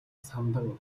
самдан